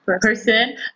person